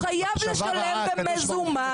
כי הוא חייב לשלם במזומן,